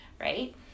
right